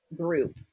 group